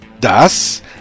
Das